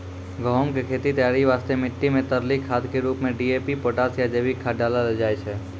गहूम के खेत तैयारी वास्ते मिट्टी मे तरली खाद के रूप मे डी.ए.पी पोटास या जैविक खाद डालल जाय छै